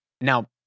Now